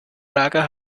lager